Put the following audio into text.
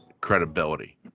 credibility